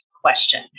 question